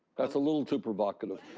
that's a little too provocative.